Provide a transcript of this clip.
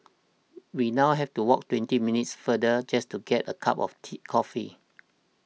we now have to walk twenty minutes farther just to get a cup of tea coffee